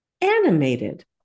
animated